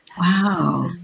wow